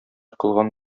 кылган